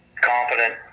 confident